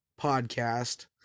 podcast